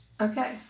Okay